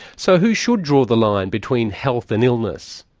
so who should draw the line between health and illness?